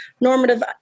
normative